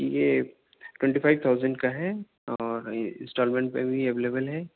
یہ twenty five thousand کا ہے اور انسٹالمنٹ پہ بھی اویلیبل ہے